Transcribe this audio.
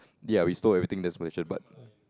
ya we stole everything that's Malaysian but